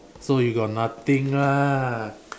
so you got nothing lah